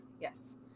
Yes